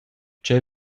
tgei